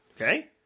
okay